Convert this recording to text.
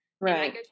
Right